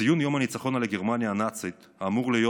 ציון יום הניצחון על גרמניה הנאצית אמור להיות